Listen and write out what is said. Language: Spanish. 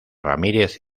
ramírez